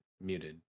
muted